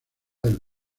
del